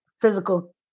physical